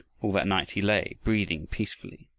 all that night he lay, breathing peacefully,